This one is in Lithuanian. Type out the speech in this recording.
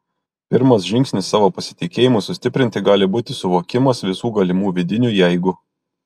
pirmas žingsnis savo pasitikėjimui sustiprinti gali būti suvokimas visų galimų vidinių jeigu